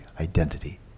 identity